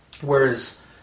whereas